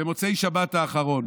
במוצאי שבת האחרון.